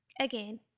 Again